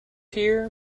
here